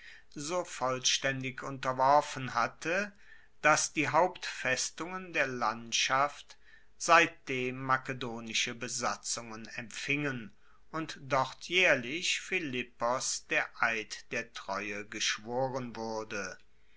so vollstaendig unterworfen hatte dass die hauptfestungen der landschaft seitdem makedonische besatzungen empfingen und dort jaehrlich philippos der eid der treue geschworen wurde